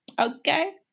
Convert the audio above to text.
Okay